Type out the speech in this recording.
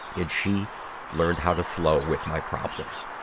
and she learned how to flow with my problems.